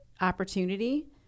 opportunity